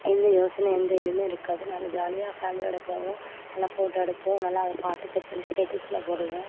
எந்த யோசனை எந்த இதுவுமே இருக்காது நாங்கள் ஜாலியாக ஃபேமிலியோடு போவோம் நல்லா ஃபோட்டோ எடுப்போம் நல்லா அதை பாட்டு செட் பண்ணி ஸ்டேட்டஸில் போடுவோம்